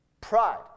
pride